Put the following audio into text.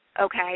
Okay